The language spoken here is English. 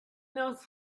knows